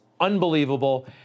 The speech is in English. unbelievable